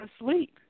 asleep